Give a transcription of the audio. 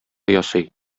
ясый